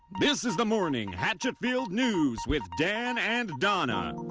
this is the morning hatchetfield news with dan and donna!